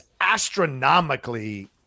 astronomically